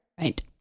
Right